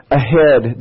ahead